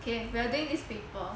okay we were doing this paper